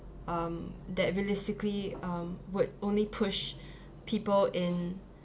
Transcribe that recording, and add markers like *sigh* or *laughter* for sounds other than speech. um that realistically um would only push *breath* people in